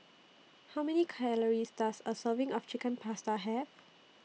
How Many Calories Does A Serving of Chicken Pasta Have